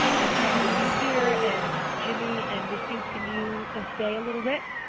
i'm happy to be here, and jimmy and misty, can you ah stay a little bit?